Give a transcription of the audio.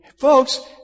folks